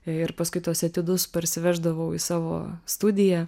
ir paskaitose etiudus parsiveždavau į savo studiją